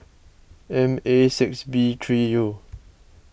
M A six B three U